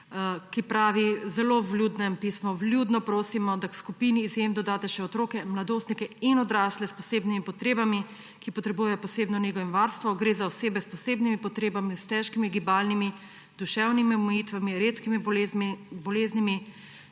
V zelo vljudnem pismu pravi: »Vljudno prosimo, da k skupini izjem dodate še otroke, mladostnike in odrasle s posebnimi potrebami, ki potrebujejo posebno nego in varstvo. Gre za osebe s posebnimi potrebami, s težkimi gibalnimi, duševnimi omejitvami, redkimi boleznimi,